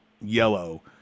yellow